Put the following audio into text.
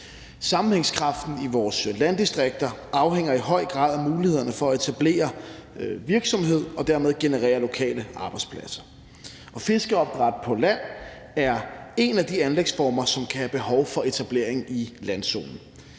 Sammenhængskraften i vores landdistrikter afhænger i høj grad af mulighederne for at etablere virksomhed og derved generere lokale arbejdspladser. Fiskeopdræt på land er en af de anlægsformer, som kan have behov for etablering i landzoner.